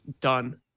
Done